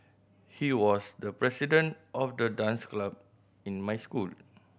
he was the president of the dance club in my school